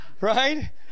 right